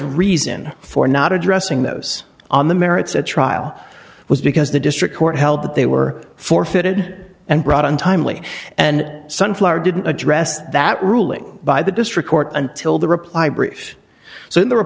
reason for not addressing those on the merits at trial was because the district court held that they were forfeited and brought on timely and sunflower didn't address that ruling by the district court until the reply bri